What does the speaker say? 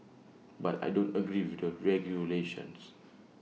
but I don't agree with the regulations